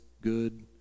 Good